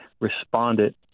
responded